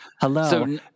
hello